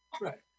Right